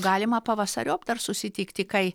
galima pavasariop dar susitikti kai